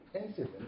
incident